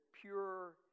pure